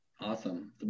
Awesome